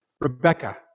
Rebecca